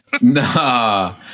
Nah